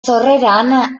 sorreran